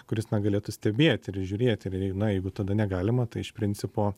kuris na galėtų stebėti ir žiūrėti ir na jeigu tada negalima tai iš principo